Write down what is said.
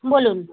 বলুন